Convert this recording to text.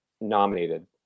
nominated